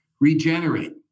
regenerate